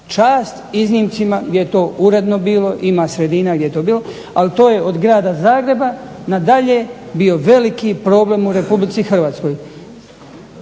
čast iznimci gdje je to uredno bilo, ima sredina gdje je to bilo, ali to je od Grada Zagreba nadalje, bio veliki problem u Republici Hrvatskoj.